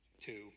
two